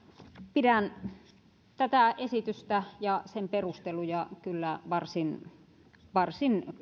pidän tätä esitystä ja sen perusteluja kyllä varsin varsin